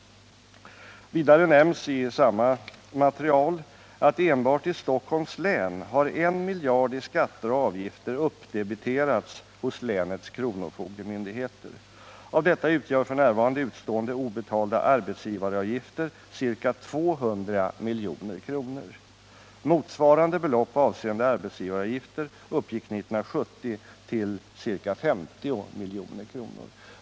Vidare nämns i samma material att enbart i Stockholms län har 1 miljard kronor i skatter och avgifter uppdebiterats hos länets kronofogdemyndigheter. Härav utgör f. n. utestående obetalda arbetsgivaravgifter ca 200 milj.kr. Motsvarande belopp avseende arbetsgivaravgifter uppgick 1970 till ca 50 milj.kr.